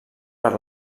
per